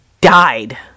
died